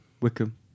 Wickham